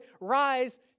rise